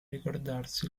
ricordarsi